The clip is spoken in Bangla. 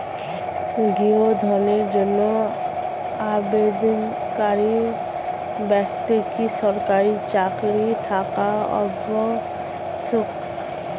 গৃহ ঋণের জন্য আবেদনকারী ব্যক্তি কি সরকারি চাকরি থাকা আবশ্যক?